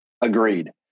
agreed